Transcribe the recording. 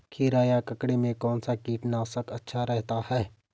खीरा या ककड़ी में कौन सा कीटनाशक अच्छा रहता है?